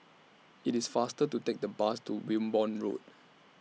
IT IS faster to Take The Bus to Wimborne Road